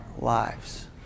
lives